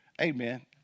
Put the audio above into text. amen